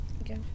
Okay